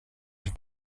die